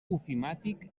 ofimàtic